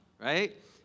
right